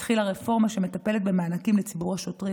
התחילה רפורמה שמטפלת במענקים לציבור השוטרים,